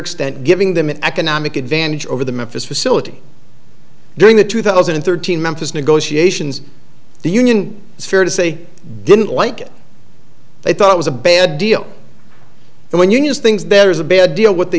extent giving them an economic advantage over the memphis facility during the two thousand and thirteen memphis negotiations the union it's fair to say didn't like it they thought it was a bad deal and when unions things there is a bad deal what they